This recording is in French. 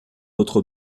votre